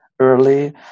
early